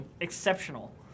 exceptional